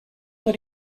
that